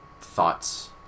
thoughts